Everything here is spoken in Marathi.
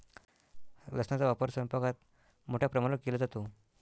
लसणाचा वापर स्वयंपाकात मोठ्या प्रमाणावर केला जातो